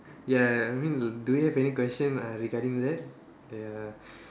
ya I mean do we have any question uh regarding that err